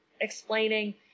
explaining